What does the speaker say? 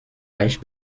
leicht